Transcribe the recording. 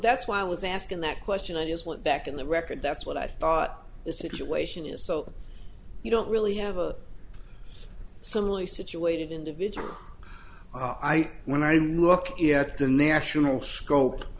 that's why i was asking that question i just went back in the record that's what i thought this issue ation you so you don't really have a similarly situated individual i when i look at the national scope